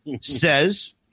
says